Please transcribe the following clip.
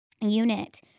unit